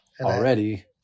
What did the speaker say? already